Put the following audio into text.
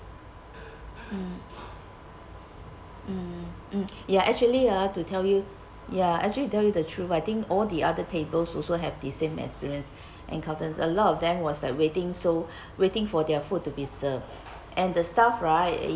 mm mm ya actually ah to tell you ya actually to tell you the truth I think all the other tables also have the same experience encounters a lot of them was like waiting so waiting for their food to be served and the staff right